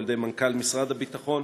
על-ידי מנכ"ל משרד הביטחון.